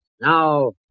Now